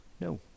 No